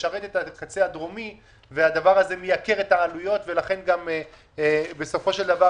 משרת את הקצה הדרומי והדבר הזה מייקר את העלויות ולכן גם בסופו של דבר